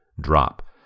drop